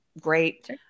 great